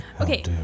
Okay